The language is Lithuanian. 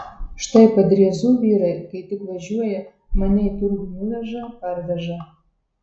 štai padriezų vyrai kai tik važiuoja mane į turgų nuveža parveža